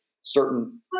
certain